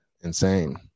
insane